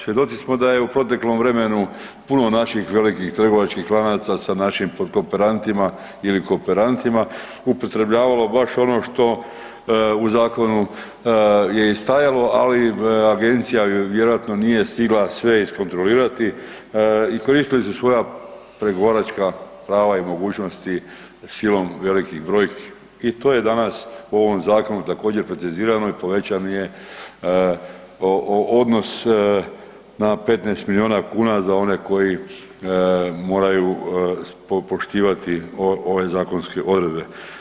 Svjedoci smo da je u proteklom vremenu puno naših velikih trgovačkih lanaca sa našim potkooperantima ili kooperantima upotrebljavalo baš ono što u zakonu je i stajalo, ali agencija ju vjerojatno nije stigla sve iskontrolirati i koristili su svoja pregovaračka prava i mogućnosti silom velikih brojki i to je danas u ovom zakonu također precizirano i povećan je odnos na 15 milijuna kuna za one koji moraju poštivati ove zakonske odredbe.